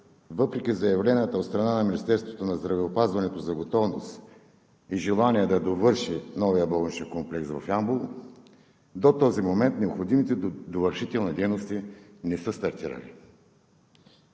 въпреки заявленията от страна на Министерството на здравеопазването за готовност и желание да довърши новия болничен комплекс в Ямбол, до този момент необходимите довършителни дейности не са стартирали.